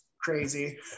crazy